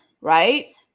right